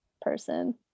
person